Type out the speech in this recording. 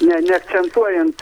ne neakcentuojant